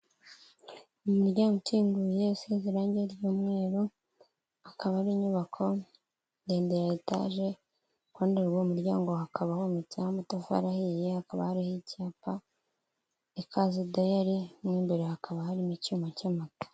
Imiryango ukinguye usize irangi ry'umweru, akaba ari inyubako ndende ya etaje, kuruhande rw'uwo muryango hakaba hometseho amatafari ahiye, hakaba hariho icyapa ikaze dayare, n'imbere hakaba harimo icyuma cy'amata.